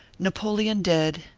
napoleon dead,